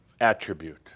attribute